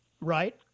Right